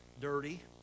dirty